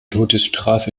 todesstrafe